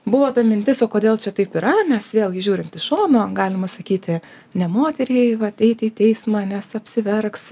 buvo ta mintis o kodėl čia taip yra nes vėlgi žiūrint iš šono galima sakyti ne moteriai vat eiti į teismą nes apsiverks